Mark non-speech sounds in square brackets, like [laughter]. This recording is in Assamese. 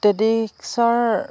[unintelligible]